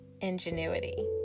ingenuity